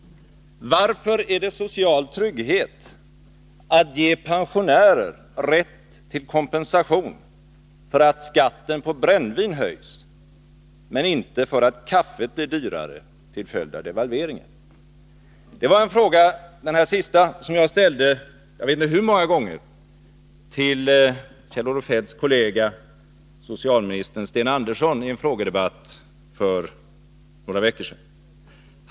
Varför är det social trygghet att ge pensionärer rätt till kompensation för att skatten på brännvin höjs men inte för att kaffet blir dyrare till följd av devalveringen? Jag ställde den senaste frågan ett mycket stort antal gånger till Kjell-Olof Feldts kollega socialministern Sten Andersson i en frågedebatt för några veckor sedan.